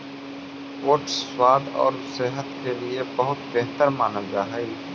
oats स्वाद और सेहत के लिए बहुत बेहतर मानल जा हई